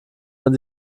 man